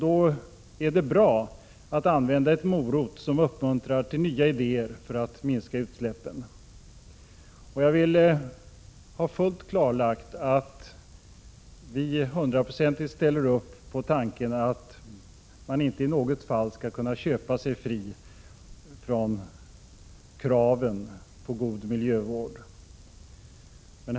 Då är det bra att använda en morot som uppmuntrar till nya idéer för att minska utsläppen. Jag vill ha fullt klarlagt att vi hundraprocentigt ställer upp på tanken att man inte i något fall skall kunna köpa sig fri från kraven på god miljövård.